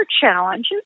challenges